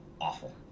awful